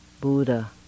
Buddha